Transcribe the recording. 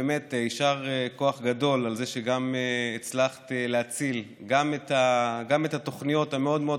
באמת יישר כוח גדול על זה שגם הצלחת להציל גם את התוכניות המאוד-מאוד